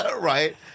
Right